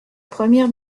première